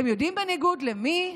אתם יודעים בניגוד למי?